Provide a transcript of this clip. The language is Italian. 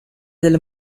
del